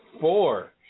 four